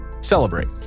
celebrate